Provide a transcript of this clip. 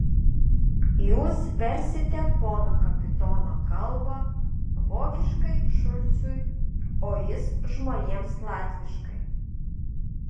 jūs versite pono kapitono kalbą vokiškai šulcui o jis žmonėms latviškai